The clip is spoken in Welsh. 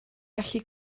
gallu